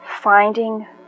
finding